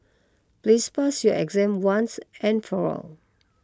please pass your exam once and for all